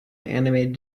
animated